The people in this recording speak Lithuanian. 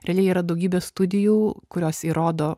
realiai yra daugybė studijų kurios įrodo